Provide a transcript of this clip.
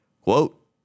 Quote